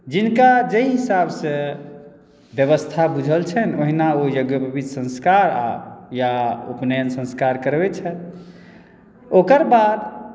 जिनका जाहि हिसाबसँ व्यवस्था बूझल छनि ओहिना ओ यज्ञोपवीत संस्कार आ या उपनयन संस्कार करबैत छथि ओकर बाद